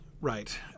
right